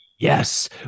Yes